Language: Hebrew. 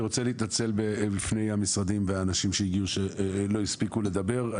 אני רוצה להתנצל בפני המשרדים והאנשים שהגיעו ושלא הספיקו לדבר.